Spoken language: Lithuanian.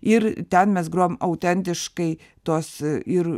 ir ten mes grojom autentiškai tuos ir